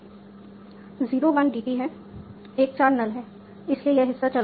0 1 DT है 1 4 null है इसलिए यह हिस्सा चला गया